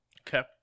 Okay